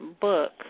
book